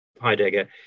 Heidegger